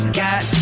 got